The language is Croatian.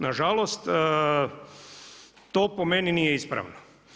Nažalost, to po meni nije ispravno.